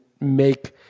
make